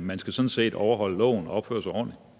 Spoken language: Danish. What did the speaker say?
Man skal sådan set overholde loven og opføre sig ordentligt.